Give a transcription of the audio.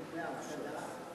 דמי אבטלה,